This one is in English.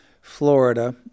Florida